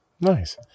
Nice